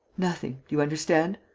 nothing, do you understand?